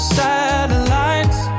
satellites